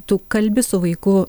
tu kalbi su vaiku